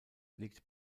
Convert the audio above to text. liegt